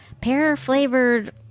pear-flavored